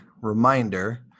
reminder